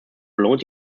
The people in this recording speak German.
belohnt